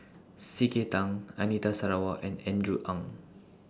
C K Tang Anita Sarawak and Andrew Ang